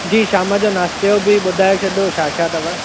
जी शाम जो नाश्ते जो बि ॿुधाइ छॾियो छा छा अथव